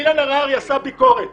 אילן הררי עשה ביקורת